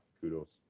kudos